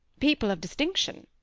people of distinction.